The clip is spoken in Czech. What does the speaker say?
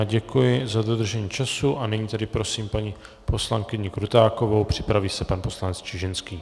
Já děkuji za dodržení času a nyní tedy prosím paní poslankyni Krutákovou, připraví se pan poslanec Čižinský.